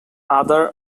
other